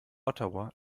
ottawa